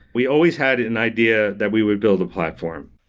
we always had an idea that we would build a platform.